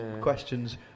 questions